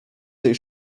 tej